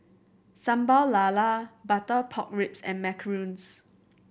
Sambal Lala butter pork ribs and macarons